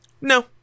No